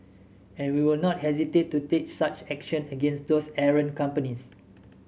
and we will not hesitate to take such actions against those errant companies